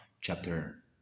chapter